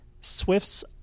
Swift's